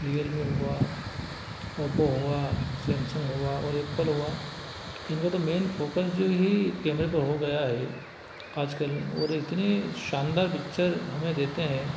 Realme हुआ Oppo हुआ Samsung हुआ और एप्पल हुआ इनका तो मैन फोकस जो ही कैमरे पर हो गया है आजकल और इतने शानदार पिक्चर हमें देते हैं